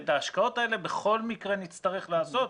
ואת ההשקעות האלה בכל מקרה נצטרך לעשות,